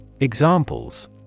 Examples